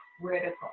critical